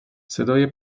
صدای